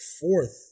fourth